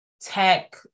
tech